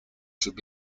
should